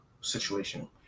situation